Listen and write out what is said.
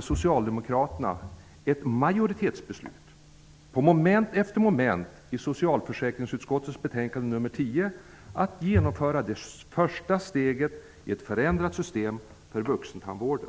Socialdemokraterna ett majoritetsbeslut om att genomföra det första steget mot ett förändrat system för vuxentandvården. Man ställde sig bakom moment efter moment i socialförsäkringsutskottets betänkande nr 10.